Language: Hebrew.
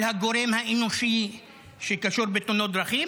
על הגורם האנושי שקשור בתאונות דרכים,